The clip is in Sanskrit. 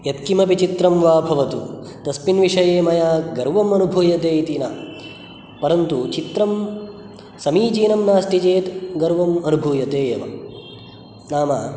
यत्किमपि चित्रं वा भवतु तस्मिन् विषये मया गर्वम् अनुभूयते इति न परन्तु चित्रं समीचीनं नास्ति चेत् गर्वम् अनुभूयते एव नाम